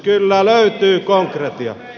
kyllä löytyy konkretiaa